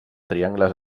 triangles